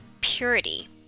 purity